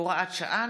בבקשה.